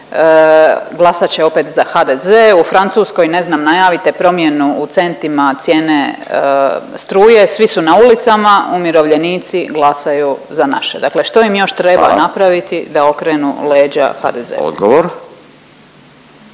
glasat će opet za HDZ, u Francuskoj ne znam najavite promjenu u centima cijene struje, svi su na ulicama, umirovljenici glasaju za naše, dakle što im još treba napraviti… …/Upadica Radin: